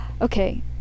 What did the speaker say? Okay